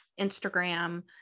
instagram